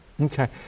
Okay